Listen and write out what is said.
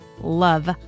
love